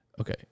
okay